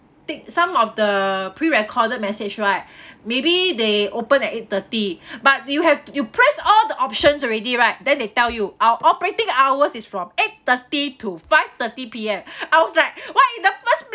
take some of the pre recorded message right maybe they open at eight thirty but you have you press all the options already right then they tell you our operating hours is from eight thirty to five thirty P_M I was like why in the first